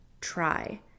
try